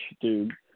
dude